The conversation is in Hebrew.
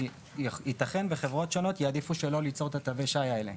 כי ייתכן וחברות שונות יעדיפו שלא ליצור את תווי השי האלה.